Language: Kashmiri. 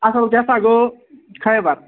اَصٕل کیٛاہ سا گوٚو خیبر